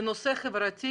זה נושא חברתי,